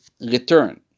return